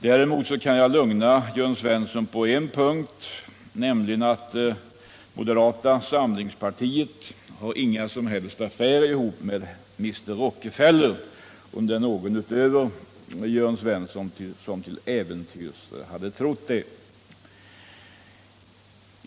Däremot kan jag lugna Jörn Svensson på en punkt, nämligen att moderata samlingspartiet inte har några som helst affärer ihop med Mr. Rockefeller — om någon till äventyrs hade trott det.